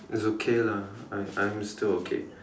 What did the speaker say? it's okay lah I'm I'm still okay